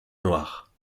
noire